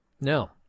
No